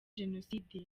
genocide